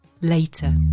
later